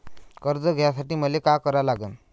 कर्ज घ्यासाठी मले का करा लागन?